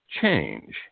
Change